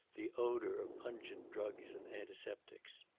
the odor of pungent drugs and antiseptics.